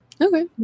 Okay